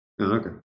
Okay